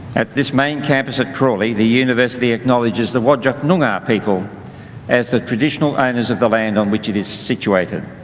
at this main campus at crawley, the university acknowledges the whadjuk-noongar whadjuk-noongar people as the traditional owners of the land on which it is situated.